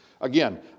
Again